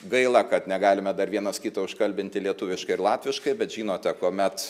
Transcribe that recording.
gaila kad negalime dar vienas kito užkalbinti lietuviškai ir latviškai bet žinote kuomet